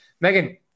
Megan